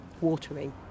watering